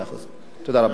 מאה אחוז, תודה רבה.